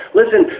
listen